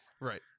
Right